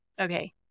Okay